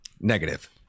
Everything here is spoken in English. Negative